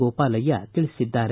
ಗೋಪಾಲಯ್ಯ ತಿಳಿಸಿದ್ದಾರೆ